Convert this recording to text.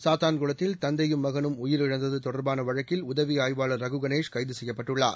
சாத்தான்குளத்தில் தந்தையும் மகனும் உயிரிழந்தது தொடர்பான வழக்கில் உதவி ஆய்வாளர் ரகு கணேஷ் கைது செய்யப்பட்டுள்ளார்